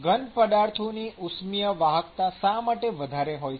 ઘન પદાર્થોની ઉષ્મિય વાહકતા શા માટે વધારે હોય છે